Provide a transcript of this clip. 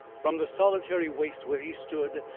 from the solitary waste where he stood,